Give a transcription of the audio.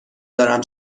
دارم